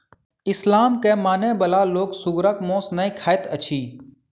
इस्लाम के मानय बला लोक सुगरक मौस नै खाइत अछि